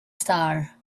star